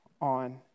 on